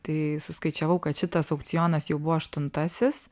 tai suskaičiavau kad šitas aukcionas jau buvo aštuntasis